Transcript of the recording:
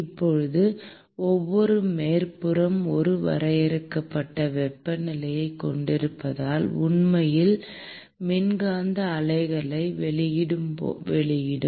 இப்போது ஒவ்வொரு மேற்பரப்பும் ஒரு வரையறுக்கப்பட்ட வெப்பநிலையைக் கொண்டிருப்பதால் உண்மையில் மின்காந்த அலைகளை வெளியிடும்